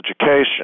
education